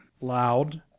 loud